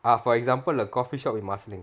ah for example a coffee shop in marsiling